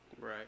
Right